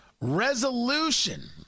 Resolution